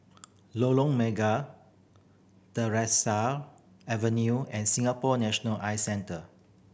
Lorong Mega Avenue and Singapore National Eye Centre